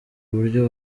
uburyo